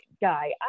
guy